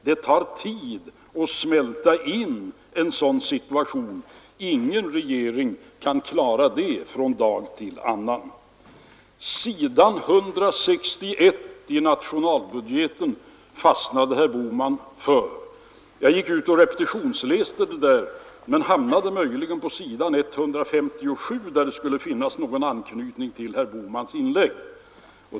Det tar tid att få en sådan situation under kontroll, och ingen regering kan klara det från dag till annan. Herr Bohman fastnade för s. 161 i nationalbudgeten. Jag gick ut och repetitionsläste den delen av budgeten, och jag hamnade på s. 157, där det kan finnas någon anknytning till herr Bohmans inlägg.